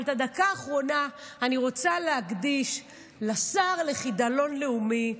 אבל את הדקה האחרונה אני רוצה להקדיש לשר לחידלון לאומי,